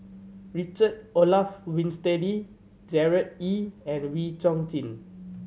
Richard Olaf Winstedt Gerard Ee and Wee Chong Jin